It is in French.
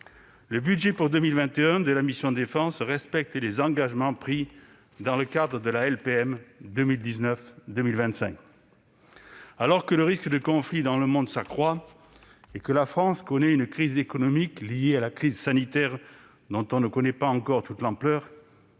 Le budget pour 2021 de la mission « Défense » respecte les engagements pris dans le cadre de la LPM 2019-2025. Alors que le risque de conflit dans le monde s'accroît et que la France connaît une crise économique liée à la crise sanitaire dont on ne connaît pas encore toute l'ampleur,